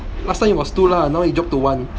last time it was two lah now it dropped to one